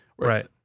right